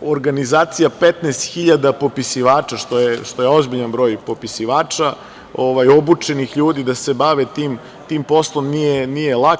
organizacija 15.000 popisivača, što je ozbiljan broj popisivača, obučenih ljudi da se bave tim poslom, nije lak.